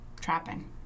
trapping